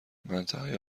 منطقه